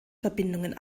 verbindungen